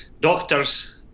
doctors